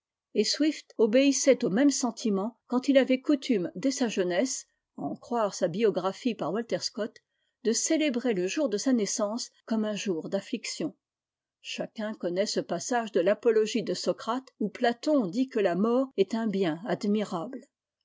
obéissait au même scuumen quand il avait coutume dès sa jeunesse à en croire sa biographie par walter scott de célébrer le jour de sa nais sance comme un jour d'affliction chacun connaît ce passage de l'apologie de socrate où platon dit que la mort est un bien admirable